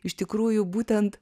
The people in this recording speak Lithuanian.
iš tikrųjų būtent